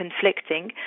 conflicting